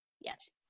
yes